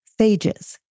phages